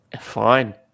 fine